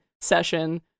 session